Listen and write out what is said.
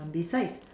besides